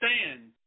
stand